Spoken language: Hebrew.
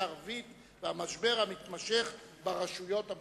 הערבית והמשבר המתמשך ברשויות המקומיות.